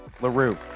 LaRue